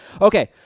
Okay